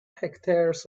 hectares